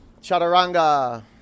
chaturanga